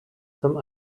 some